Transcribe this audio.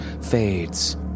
fades